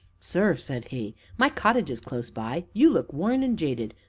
sir, said he, my cottage is close by you look worn and jaded.